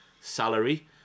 salary